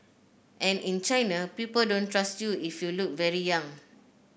and in China people don't trust you if you look very young